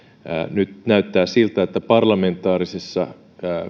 nyt näyttää siltä että parlamentaarisessa